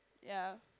ya